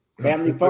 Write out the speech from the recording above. family